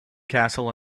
castle